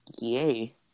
yay